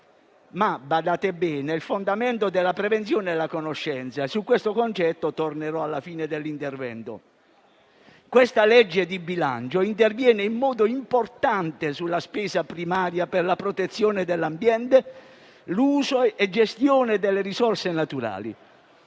Badate bene: il fondamento della prevenzione è la conoscenza. Su questo concetto tornerò alla fine dell'intervento. Questa legge di bilancio interviene in modo importante sulla spesa primaria per la protezione dell'ambiente e per l'uso e la gestione delle risorse naturali.